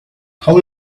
how